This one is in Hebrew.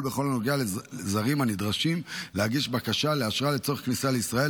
בכל הנוגע לזרים שנדרשים להגיש בקשה לאשרה לצורך כניסה לישראל,